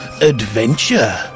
Adventure